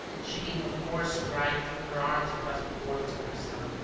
she gave a hoarse cry and threw her arms across the corpse of her son.